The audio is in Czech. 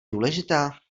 důležitá